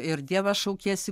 ir dievą šaukiesi